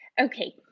okay